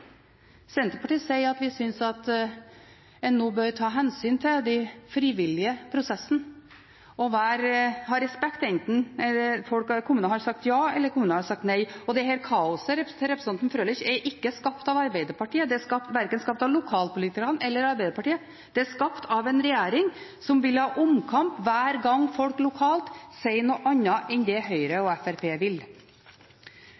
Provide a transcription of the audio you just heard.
Senterpartiet sier at vi synes at man nå bør ta hensyn til de frivillige prosessene og ha respekt, enten kommuner har sagt ja eller nei. Dette kaoset som representanten Frølich nevnte, er ikke skapt av Arbeiderpartiet. Det er verken skapt av lokalpolitikerne eller av Arbeiderpartiet. Det er skapt av en regjering som vil ha omkamp hver gang folk lokalt sier noe annet enn det Høyre